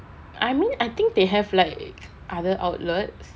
I mean I think they have like other outlets